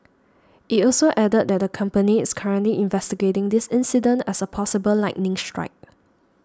it also added that the company is currently investigating this incident as a possible lightning strike